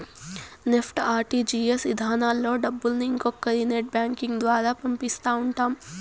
NEFT, RTGS ఇధానాల్లో డబ్బుల్ని ఇంకొకరి నెట్ బ్యాంకింగ్ ద్వారా పంపిస్తా ఉంటాం